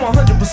100%